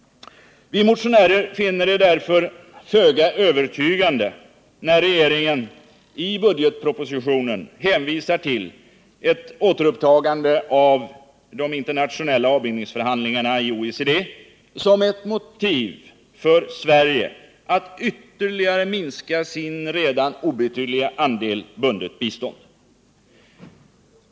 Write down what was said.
Vi motionärer finner det därför föga övertygande när regeringen i budgetpropositionen hänvisar till ett återupptagande av de internationella avbindningsförhandlingarna i OECD som ett motiv för Sverige att ytterligare minska sin redan obetydliga andel bundet bistånd.